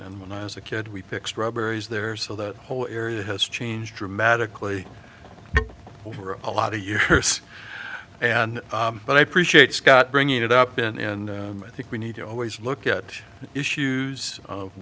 when i was a kid we pick strawberries there so that whole area has changed dramatically over a lot of years and but i appreciate scott bringing it up and i think we need to always look at issues of